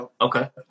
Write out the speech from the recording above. okay